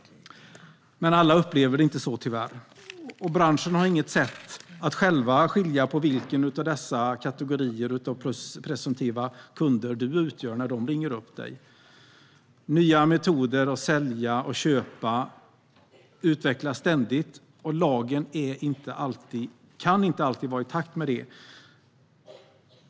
Alla upplever det inte så, tyvärr. Och branschen har inget sätt att själv skilja på vilken av dessa kategorier av presumtiva kunder du utgör när de ringer upp dig. Nya metoder att sälja och köpa utvecklas ständigt, och lagen kan inte alltid vara i takt med det.